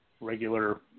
regular